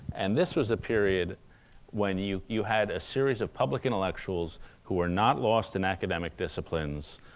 and this was a period when you you had a series of public intellectuals who were not lost in academic disciplines,